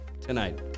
tonight